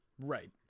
Right